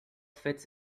fits